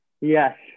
Yes